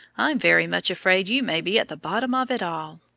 i'm very much afraid you may be at the bottom of it all.